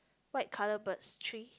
white colour birds three